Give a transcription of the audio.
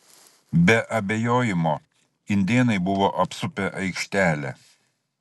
be abejojimo indėnai buvo apsupę aikštelę